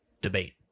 debate